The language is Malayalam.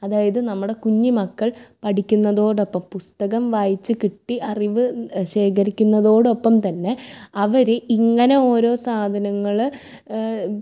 അതായത് നമ്മുടെ കുഞ്ഞു മക്കൾ പഠിക്കുന്നതിനോടൊപ്പം പുസ്തകം വായിച്ച് കിട്ടി അറിവ് ശേഖരിക്കുന്നതോടൊപ്പം തന്നെ അവര് ഇങ്ങനോരോ സാധനങ്ങള് ഏ